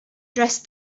dressed